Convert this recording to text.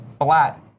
flat